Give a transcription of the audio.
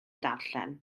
darllen